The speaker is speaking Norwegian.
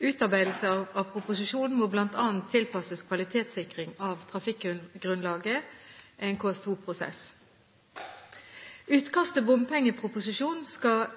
Utarbeidelse av proposisjonen må bl.a. tilpasses kvalitetssikring av trafikkgrunnlaget, en KS2-prosess. Utkast til bompengeproposisjonen skal